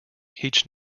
each